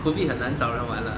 COVID 很难找人玩啦